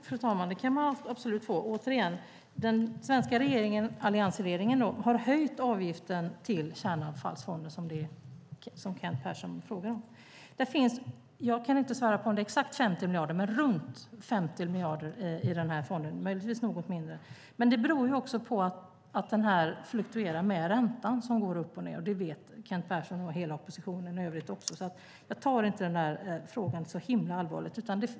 Fru talman! Det kan man absolut få. Återigen: Den svenska alliansregeringen har höjt avgiften till kärnavfallsfonden, som Kent Persson frågar om. Jag kan inte svära på om det är exakt 50 miljarder i fonden, men det är runt 50 miljarder, möjligtvis något mindre. Det beror också på att fonden fluktuerar med räntan, som går upp och ned. Det vet Kent Persson och hela oppositionen i övrigt, så jag tar inte frågan så himla allvarligt.